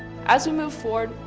as we move forward,